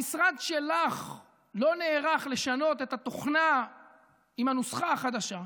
המשרד שלך לא נערך לשנות את התוכנה עם הנוסחה החדשה.